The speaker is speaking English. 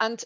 and